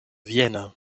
vienne